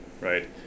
right